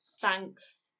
Thanks